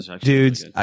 Dudes